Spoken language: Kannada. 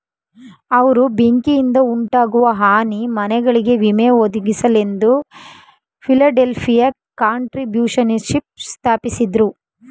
ಅವ್ರು ಬೆಂಕಿಯಿಂದಉಂಟಾಗುವ ಹಾನಿ ಮನೆಗಳಿಗೆ ವಿಮೆ ಒದಗಿಸಲೆಂದು ಫಿಲಡೆಲ್ಫಿಯ ಕಾಂಟ್ರಿಬ್ಯೂಶನ್ಶಿಪ್ ಸ್ಥಾಪಿಸಿದ್ರು